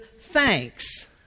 thanks